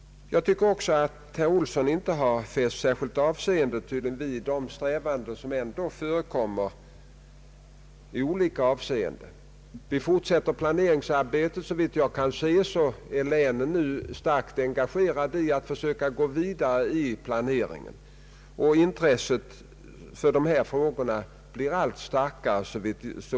Jag tycker också att herr Olsson inte har fäst särskilt avseende vid de strävanden som ändå förekommer i olika avseenden. Planeringsarbetet fortsätter. Såvitt jag kan se är länen nu starkt engagerade i att försöka gå vidare i planeringen. Intresset för dessa frågor blir allt starkare.